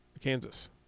Kansas